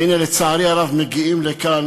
והנה, לצערי הרב, מגיעים לכאן,